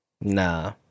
nah